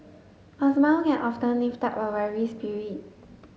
a smile can often lift a weary spirit